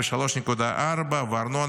ב-3.4%; ארנונה,